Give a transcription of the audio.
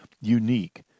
unique